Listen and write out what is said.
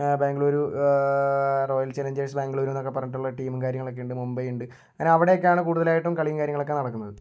Bengaluru Royal Challengers ബാംഗ്ലൂരിൽനിന്നൊക്കെ പറഞ്ഞിട്ട് ടീമും കാര്യങ്ങളൊക്കെയുണ്ട് മുംബൈ ഉണ്ട് അങ്ങനെ അവിടെയൊക്കെയാണ് കൂടുതലായിട്ടും കളിയും കാര്യങ്ങളൊക്കെ നടക്കുന്നത്